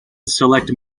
select